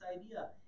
idea